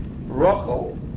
Rachel